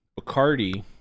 Bacardi